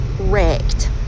wrecked